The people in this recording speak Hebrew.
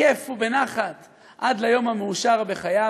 בכיף ובנחת עד ליום המאושר בחייו.